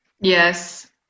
Yes